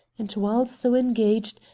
and, while so engaged,